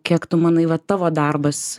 kiek tu manai va tavo darbas